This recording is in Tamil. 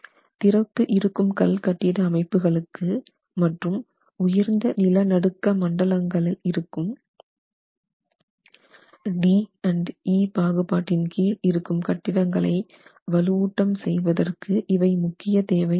திறப்பு இருக்கும் கல்கட்டிட அமைப்புகளுக்கு மற்றும் உயர்ந்த நில நடக்க மண்டலங்கள் இருக்கும் D E பாகுபாட்டின் கீழ் இருக்கும் கட்டிடங்களை வலுவூட்டம் செய்வதற்கு இவை முக்கிய தேவை ஆகும்